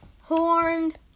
horned